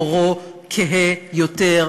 עורו כהה יותר,